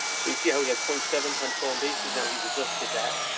see see how we had point seven times stolen bases. now he's adjusted that.